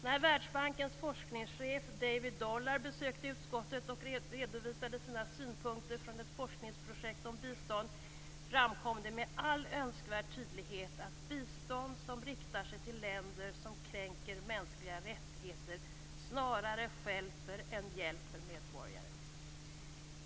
När Världsbankens forskningschef David Dollar besökte utskottet och redovisade sina synpunkter från ett forskningsprojekt om bistånd framkom det med all önskvärd tydlighet att bistånd som riktar sig till länder som kränker mänskliga rättigheter snarare stjälper än hjälper medborgare.